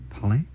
Polly